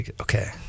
Okay